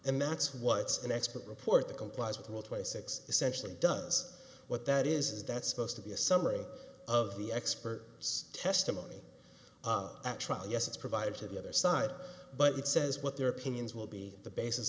and that's what an expert report that complies with all twenty six essentially does what that is that's supposed to be a summary of the expert testimony at trial yes it's provided to the other side but it says what their opinions will be the basis